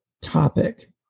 topic